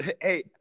Hey